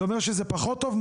זה אומר שזה פחות טוב?